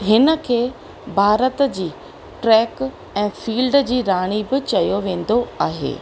हिन खे भारत जी ट्रैक ऐं फील्ड जी राणी बि चयो वेंदो आहे